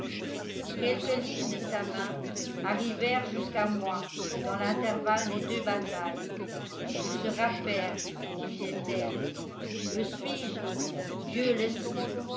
quelques lignes de sa main arrivèrent jusqu'à moi dans l'intervalle des deux batailles tu seras père me disait-elle le suis-je dieu le sait